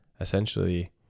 essentially